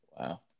Wow